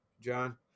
John